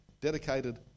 dedicated